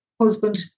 husband